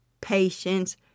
patience